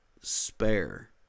spare